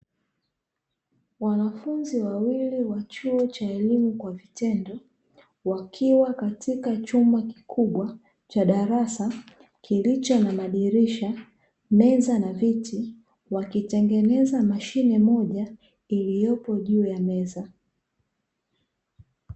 Wanafunzi wawili wa chuo cha elimu kwa vitendo wakiwa katika chumba kikubwa cha darasa kilicho na: madirisha, meza na viti; wakitengeneza mashine moja iliyopo juu ya meza.